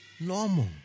Normal